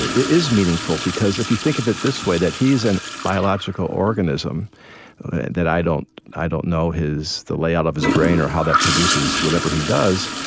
is meaningful. because if you think of it this way, that he's a and biological organism that i don't i don't know his the layout of his brain or how that produces whatever he does,